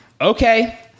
okay